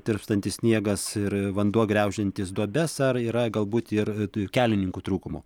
tirpstantis sniegas ir vanduo graužiantis duobes ar yra galbūt ir kelininkų trūkumų